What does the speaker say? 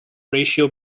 ratio